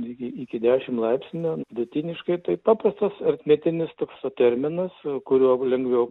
iki iki dešim laipsnių vidutiniškai tai paprastas aritmetinis toks terminas kuriuo lengviau